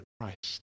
Christ